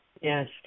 yes